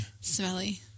smelly